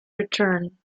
return